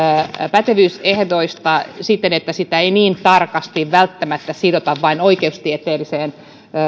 pätevyysehdoista siten että niitä ei niin tarkasti välttämättä sidota vain oikeustieteelliseen